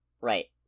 Right